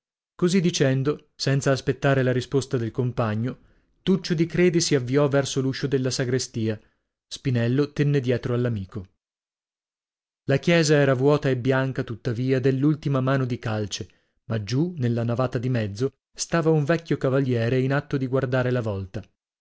così dicendo senza aspettare la risposta del compagno tuccio di credi si avviò verso l'uscio della sagrestia spinello tenne dietro all'amico la chiesa era vuota e bianca tuttavia dell'ultima mano di calce ma giù nella navata di mezzo stava un vecchio cavaliere in atto di guardare la volta